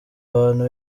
abantu